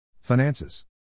Finances